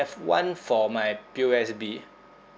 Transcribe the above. one for my P_O_S_B